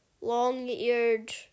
Long-eared